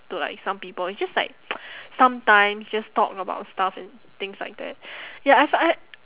to like some people it's just like sometimes just talk about stuff and things like that ya I've had